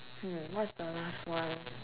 hmm what is the last one